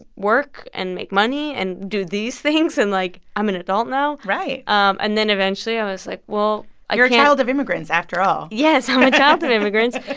work and make money and do these things. and, like, i'm an adult now right um and then eventually, i was like, well. ah you're a child of immigrants, after all yes, i'm a child of immigrants.